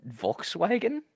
Volkswagen